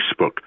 Facebook